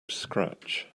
scratch